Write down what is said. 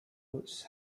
routes